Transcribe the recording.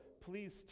please